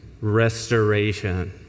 restoration